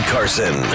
Carson